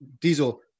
Diesel